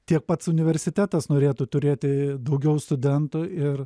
tiek pats universitetas norėtų turėti daugiau studentų ir